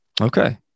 Okay